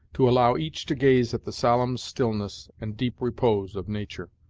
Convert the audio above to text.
to allow each to gaze at the solemn stillness and deep repose of nature.